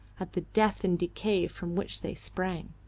at the death and decay from which they sprang.